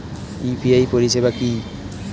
UPI পরিষেবা কি?